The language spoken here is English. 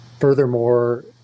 Furthermore